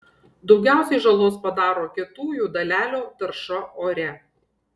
daugiausiai žalos padaro kietųjų dalelių tarša ore